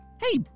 Hey